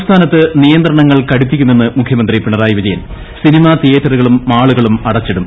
സംസ്ഥാനത്ത് നിയന്ത്രണങ്ങൾ ക്ലിട്ടുപ്പിക്കുമെന്ന് മുഖ്യമന്ത്രി പിണറായി വിജയന്റെ സിനിമ തിയേറ്ററുകളും മാളുകളും ്അട്ച്ചിടും